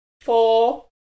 four